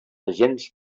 agents